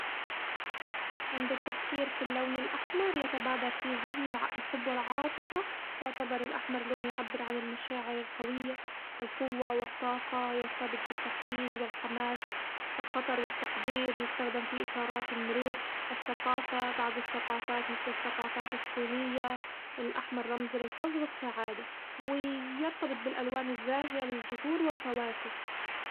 عند التفكير في اللون الأحمر يتبادر في ذهني الع- الحب والعاطفة، يعتبر الأحمر لون يعبر عن المشاعر القوية القوة والطاقة يرتبط بالتحفيز والحماس، الخطر والتحذير يستخدم في إشارات المرور، الثقافة بعض الثقافات مثل الثقافات الصينية الأحمر رمز للحظ والسعادة و يرتبط بالألوان الزاهية للزهور والفواكه.